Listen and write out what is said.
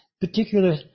particular